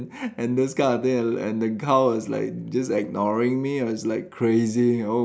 and those kind of thing and and the cow was like just ignoring me and I was like crazy oh